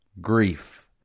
Grief